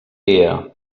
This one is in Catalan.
dia